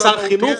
יש שר חינוך,